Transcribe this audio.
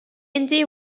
andy